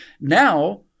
now